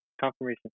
Confirmation